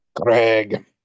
craig